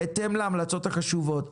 בהתאם להמלצות החשובות